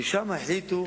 ששם החליטו